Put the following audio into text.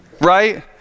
Right